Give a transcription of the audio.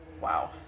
Wow